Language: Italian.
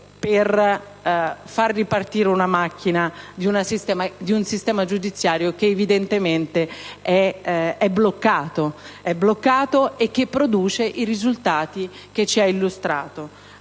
per far ripartire la macchina di un sistema giudiziario che evidentemente è bloccato e produce i risultati illustrati